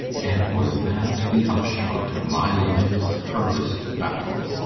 and was that the upshot of my life's hardest battle?